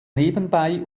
nebenbei